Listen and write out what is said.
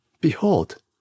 Behold